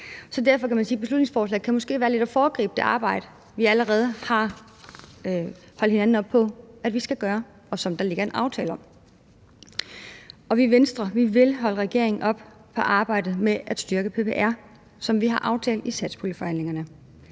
kan derfor sige, at beslutningsforslaget måske lidt foregriber det arbejde, vi allerede har holdt hinanden op på skal gøres, og som der ligger en aftale om. Vi i Venstre vil holde regeringen op på arbejdet med at styrke PPR, som vi har aftalt i satspuljeforhandlingerne.